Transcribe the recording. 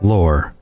Lore